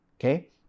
okay